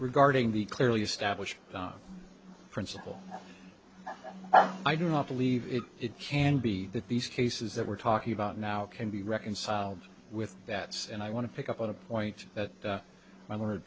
regarding the clearly established principle well i do not believe it it can be that these cases that we're talking about now can be reconciled with that and i want to pick up on a point that